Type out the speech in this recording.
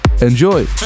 Enjoy